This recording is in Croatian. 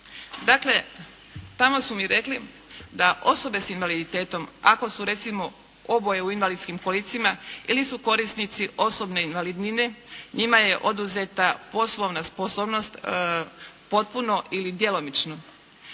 Dakle, tamo su mi rekli da osobe s invaliditetom ako su recimo oboje u invalidskim kolicima, ili su korisnici osobne invalidnine, njima je oduzeta poslovna sposobnost potpuno ili djelomično,